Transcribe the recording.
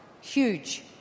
Huge